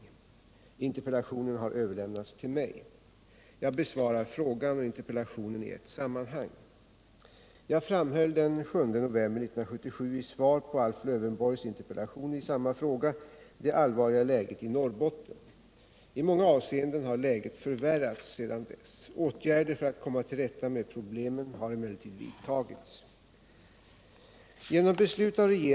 Interpellationen har överlämnats till mig. Jag besvarar frågan och interpellationen i ett sammanhang. Jag framhöll den 7 november 1977, i svar på Alf Lövenborgs interpellation i samma fråga, det allvarliga läget i Norrbotten. I många avseenden har läget förvärrats sedan dess. Åtgärder för att komma till rätta med problemen har emellertid vidtagits.